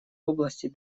области